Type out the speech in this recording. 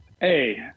hey